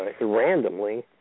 randomly